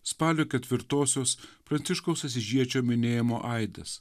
spalio ketvirtosios pranciškaus asyžiečio minėjimo aidas